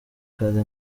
kare